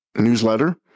newsletter